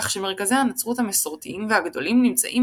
כך שמרכזי הנצרות המסורתיים והגדולים נמצאים